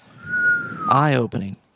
eye-opening